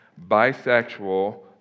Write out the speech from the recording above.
bisexual